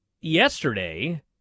yesterday